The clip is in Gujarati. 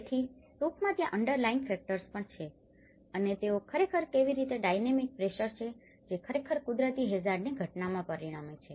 તેથીટૂંકમાં ત્યાં અંડરલાયિંગ ફેકટર્સ પણ છે અને તેઓ ખરેખર કેવી રીતે ડાઈનામિક પ્રેશર છે જે ખરેખર કુદરતી હેઝાર્ડની ઘટનામાં પરિણામે છે